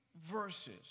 verses